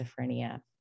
schizophrenia